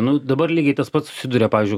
nu dabar lygiai tas pats susiduria pavyzdžiui